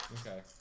Okay